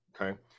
Okay